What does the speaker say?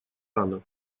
рано